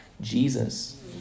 Jesus